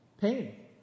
pain